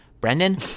Brendan